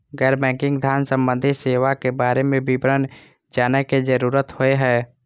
गैर बैंकिंग धान सम्बन्धी सेवा के बारे में विवरण जानय के जरुरत होय हय?